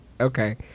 Okay